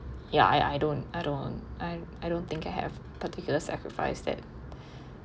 ya I I don't I don't I I don't think I have particular sacrifice that